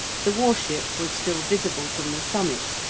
the war-ship was still visible from the summit,